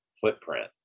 footprint